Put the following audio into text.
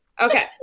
Okay